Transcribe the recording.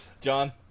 John